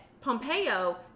Pompeo